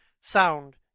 sound